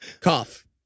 cough